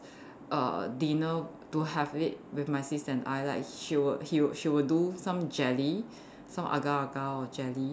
err dinner to have it with my sis and I like she would he would she would do some jelly some agar-agar or jelly